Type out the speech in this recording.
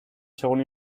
según